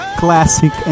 classic